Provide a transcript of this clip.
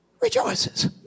Rejoices